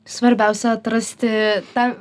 svarbiausia atrasti tą